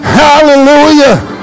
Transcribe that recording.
hallelujah